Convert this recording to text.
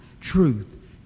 truth